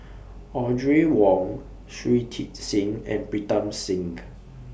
Audrey Wong Shui Tit Sing and Pritam Singh